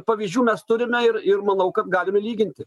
pavyzdžių mes turime ir ir manau kad galime lyginti